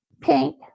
pink